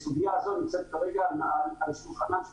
הסוגיה הזאת נמצאת כרגע על שולחנם של